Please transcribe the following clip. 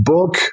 Book